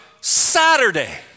Saturday